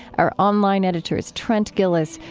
our online editor is trent gilliss,